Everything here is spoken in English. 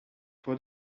for